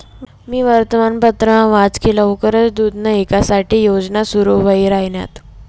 मी वर्तमानपत्रमा वाच की लवकरच दुग्धना ईकास साठे योजना सुरू व्हाई राहिन्यात